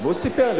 והוא סיפר לי.